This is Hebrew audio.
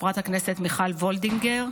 מיכל וולדיגר,